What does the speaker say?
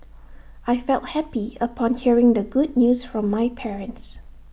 I felt happy upon hearing the good news from my parents